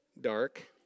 dark